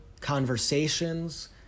conversations